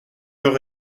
leur